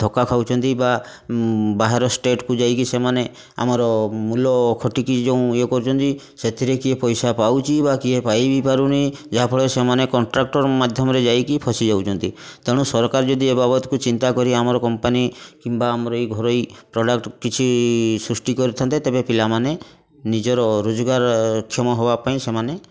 ଧୋକା ଖାଉଛନ୍ତି ବା ବାହାର ଷ୍ଟେଟ୍କୁ ଯାଇକି ସେମାନେ ଆମର ମୂଲ ଖଟିକି ଯେଉଁ ଇଏ କରୁଛନ୍ତି ସେଥିରେ କିଏ ପଇସା ପାଉଛି ବା କିଏ ପାଇ ବି ପାରୁନି ଯାହାଫଳରେ ସେମାନେ କଣ୍ଟ୍ରାକ୍ଟର୍ ମାଧ୍ୟମରେ ଯାଇକି ଫସି ଯାଉଛନ୍ତି ତେଣୁ ସରକାର ଯଦି ଏ ବାବଦକୁ ଚିନ୍ତା କରି ଆମର କମ୍ପାନୀ କିମ୍ବା ଆମର ଏଇ ଘରୋଇ ପ୍ରଡ଼କ୍ଟ କିଛି ସୃଷ୍ଟି କରିଥାନ୍ତେ ତେବେ ପିଲାମାନେ ନିଜର ରୋଜଗାରକ୍ଷମ ହେବାପାଇଁ ସେମାନେ